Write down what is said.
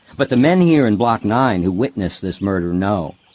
but the men here in block nine who witnessed this murder know.